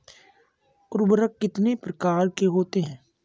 उर्वरक कितने प्रकार के होते हैं?